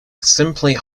simply